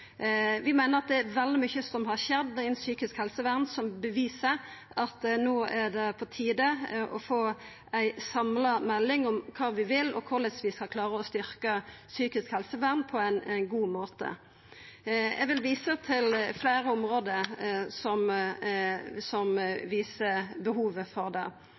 Vi meiner det er veldig mykje som har skjedd innan psykisk helsevern, som beviser at det no er på tide å få ei samla melding om kva vi vil, og korleis vi skal klara å styrkja psykisk helsevern på ein god måte. Eg vil visa til fleire område som viser behovet for det.